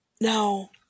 Now